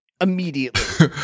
immediately